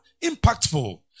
impactful